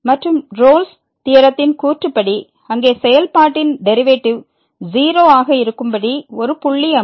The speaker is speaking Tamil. மற்றும் ரோல்ஸ் துயரத்தின் கூற்றுப்படி அங்கே செயல்பாட்டின் டெரிவேட்டிவ் 0 ஆக இருக்கும்படி ஒரு புள்ளி அமையும்